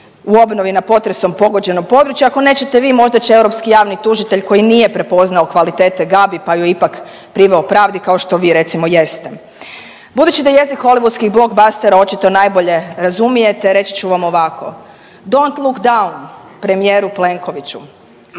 u obnovi na potresom pogođenom području, ako nećete vi možda će europski javni tužitelj koji nije prepoznao kvalitete Gabi pa ju je ipak priveo pravdi kao što vi recimo jeste. Budući da jezik holivudskih blockbustera očito najbolje razumijete reći ću vam ovako, dont look down premijeru Plenkoviću,